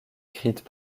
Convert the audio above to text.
écrites